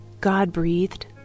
God-breathed